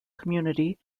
community